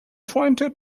twenty